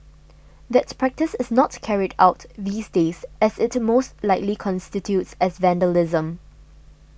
that practice is not carried out these days as it most likely constitutes as vandalism